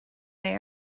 they